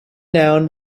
noun